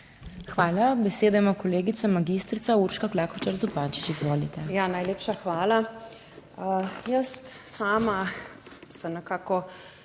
Hvala. Besedo ima kolegica magistrica Urška Klakočar Zupančič. Izvolite.